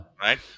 right